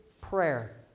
prayer